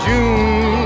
June